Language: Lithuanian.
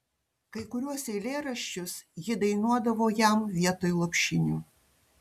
kai kuriuos eilėraščius ji dainuodavo jam vietoj lopšinių